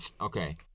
Okay